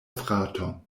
fraton